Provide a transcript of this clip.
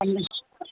अन्नन् हा